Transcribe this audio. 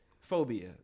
Phobia